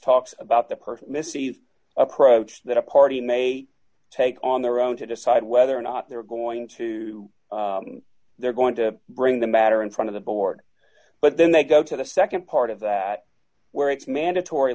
talks about the per missy's approach that a party may take on their own to decide whether or not they're going to they're going to bring the matter in front of the board but then they go to the nd part of that where it's mandatory